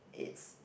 it's